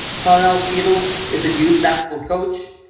colonel seidule is a youth basketball coach,